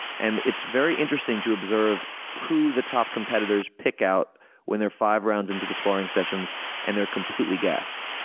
and it's very interesting to observe who the top competitors pick out when they're five rounds into the sparring sessions and they're completely gassed.